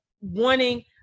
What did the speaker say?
wanting